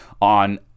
on